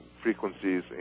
frequencies